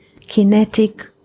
kinetic